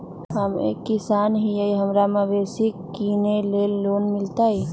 हम एक किसान हिए हमरा मवेसी किनैले लोन मिलतै?